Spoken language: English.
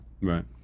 Right